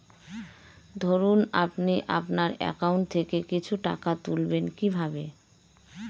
ধরুন আপনি আপনার একাউন্ট থেকে কিছু টাকা তুলবেন কিভাবে?